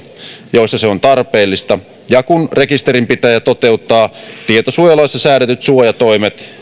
joissa se on tarpeellista ja kun rekisterinpitäjä toteuttaa tietosuojalaissa säädetyt suojatoimet